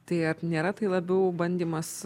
tai ar nėra tai labiau bandymas